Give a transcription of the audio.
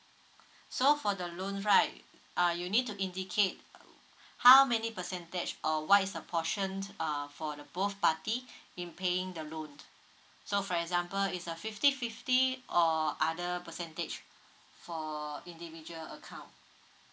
so for the loan right uh you need to indicate how many percentage or what is the portion uh for the both party in paying the loan so for example is a fifty fifty or other percentage for individual account